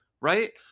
right